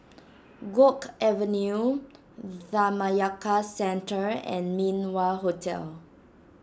Guok Avenue Dhammayaka Centre and Min Wah Hotel